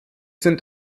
sind